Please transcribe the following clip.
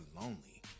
lonely